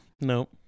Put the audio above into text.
no